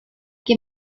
que